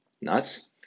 nuts